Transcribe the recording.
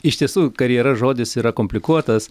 iš tiesų karjera žodis yra komplikuotas